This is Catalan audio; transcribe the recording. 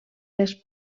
les